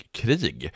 krig